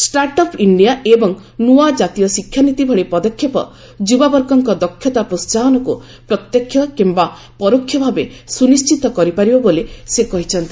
startup India ଏବଂ ନୂଆ ଜାତୀୟ ଶିକ୍ଷାନୀତି ଭଳି ପଦକ୍ଷେପ ଯୁବାବର୍ଗଙ୍କ ଦକ୍ଷତା ପ୍ରୋହାହନକୁ ପ୍ରତ୍ୟକ୍ଷ କିମ୍ବା ପରୋକ୍ଷ ଭାବେ ସୁନିଶ୍ଚିତ କରିପାରିବ ବୋଲି ସେ କହିଚ୍ଛନ୍ତି